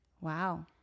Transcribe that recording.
Wow